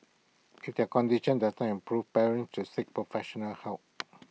if their condition does not improve parents should seek professional help